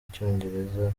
icyongereza